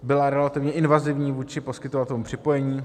Byla relativně invazivní vůči poskytovatelům připojení.